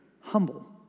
humble